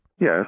Yes